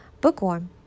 bookworm